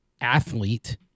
athlete